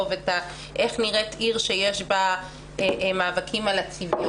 איך נראית עיר שיש בה מאבקים על הצביון,